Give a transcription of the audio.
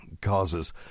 causes